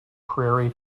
prairie